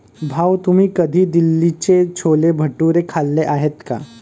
भाऊ, तुम्ही कधी दिल्लीचे छोले भटुरे खाल्ले आहेत का?